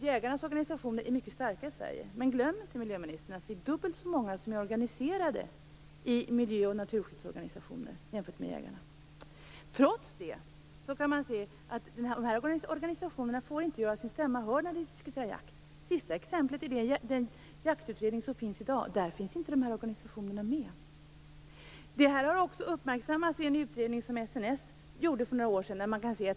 Jägarnas organisationer är mycket starka i Sverige. Men glöm inte, miljöministern, att vi jämfört med jägarna är dubbelt så många som är organiserade i miljö och naturskyddsorganisationer. Trots detta kan man se att de här organisationerna inte får göra sin stämma hörd när vi diskuterar jakt. Det senaste exemplet är den jaktutredning som finns i dag. Där finns inte miljö och naturvårdsorganisationerna med. Detta har också uppmärksammats i en utredning som SNF gjorde för några år sedan.